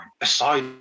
Aside